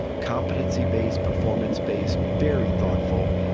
competency-based, performance-based, very thoughtful.